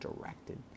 directed